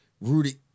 Rudy